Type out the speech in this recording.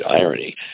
irony